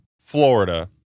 florida